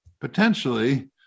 potentially